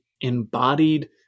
embodied